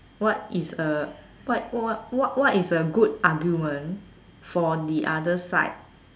what is a what what what is a good argument for the other side